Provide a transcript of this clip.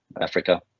Africa